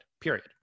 period